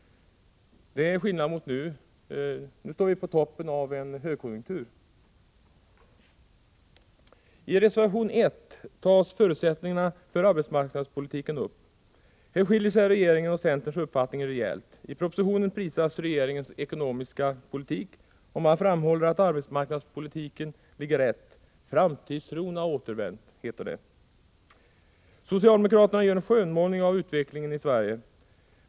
Det är skillnad mot nu — nu står vi på toppen av en högkonjunktur. I reservation 1 tas förutsättningarna för arbetsmarknadspolitiken upp. Här skiljer sig regeringens och centerns uppfattning rejält. I propositionen prisas regeringens ekonomiska politik, och man framhåller att arbetsmarknadspoli tiken ligger rätt. Framtidstron har återvänt, heter det. Socialdemokraterna gör en skönmålning av utvecklingen i Sverige.